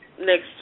next